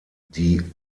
die